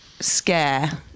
scare